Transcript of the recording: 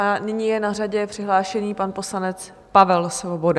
Nyní je na řadě přihlášený pan poslanec Pavel Svoboda.